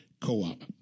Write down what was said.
co-op